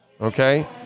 Okay